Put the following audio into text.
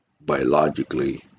biologically